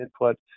input